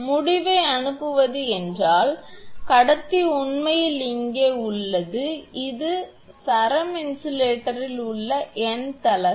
முடிவை அனுப்புவது என்றால் கடத்தி உண்மையில் இங்கே உள்ளது மற்றும் இது சரம் இன்சுலேட்டரில் உங்கள் n th அலகு